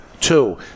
Two